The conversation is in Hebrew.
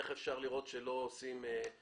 זה